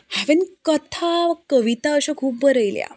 हांवें कथा कविता अश्यो खूब बरयल्या